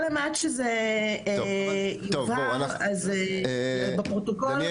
כל אימת שזה יובהר בפרוטוקול --- טוב, בואו.